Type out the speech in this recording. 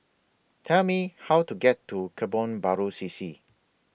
Tell Me How to get to Kebun Baru C C